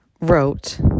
wrote